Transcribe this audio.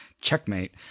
Checkmate